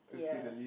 ya